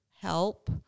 help